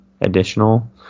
additional